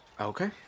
Okay